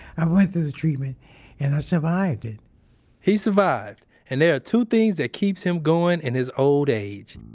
i went through the treatment and i survived it he survived and there are two things that keeps him going in his old age.